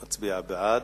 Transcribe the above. מצביע בעד.